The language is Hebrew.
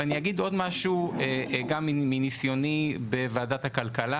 ואני אגיד עוד משהו גם מניסיוני בוועדת הכלכלה,